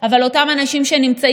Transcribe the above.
אתם לא מוכנים שחייל מילואים יצא עם